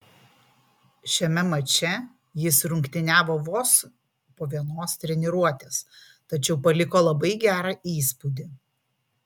šiame mače jis rungtyniavo vos po vienos treniruotės tačiau paliko labai gerą įspūdį